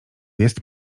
jest